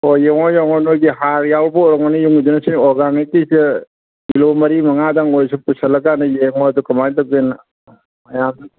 ꯑꯣ ꯌꯦꯡꯉꯣ ꯌꯦꯡꯉꯣ ꯅꯣꯏꯒꯤ ꯍꯥꯔ ꯌꯥꯎꯕ ꯑꯣꯏꯔꯝꯒꯅꯤ ꯌꯨꯝꯒꯤꯗꯨꯅ ꯁꯤꯅ ꯑꯣꯔꯒꯥꯅꯤꯛꯀꯤꯁꯦ ꯀꯤꯂꯣ ꯃꯔꯤ ꯃꯉꯥꯗꯪ ꯑꯣꯏꯔꯁꯨ ꯄꯨꯁꯜꯂꯀꯥꯟꯗ ꯌꯦꯡꯉꯣ ꯑꯗꯨ ꯀꯃꯥꯏ ꯇꯧꯒꯦꯅ